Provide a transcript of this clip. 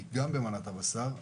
היא גם במנת הבשר,